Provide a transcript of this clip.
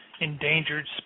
endangered